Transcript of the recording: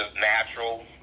natural